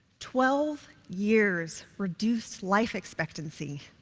twelve years reduced life expectancy.